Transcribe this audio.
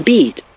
Beat